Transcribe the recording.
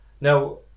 Now